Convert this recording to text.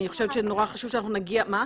שאנחנו נגיע --- סליחה,